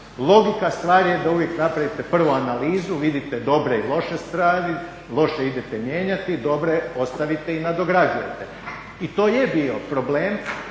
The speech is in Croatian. logika stvari je da uvijek napravite prvo analizu, vidite dobre i loše stvari, loše idete mijenjati, dobre ostavite i nadograđujete i to je bio problem,